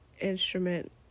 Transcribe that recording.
instrument